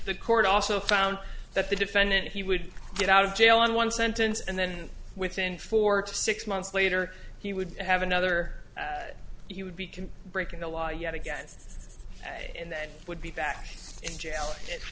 the court also found that the defendant he would get out of jail on one sentence and then within four to six months later he would have another he would be can breaking the law yet again and that would be back in jail